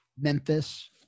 Memphis